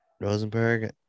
Rosenberg